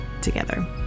together